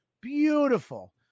Beautiful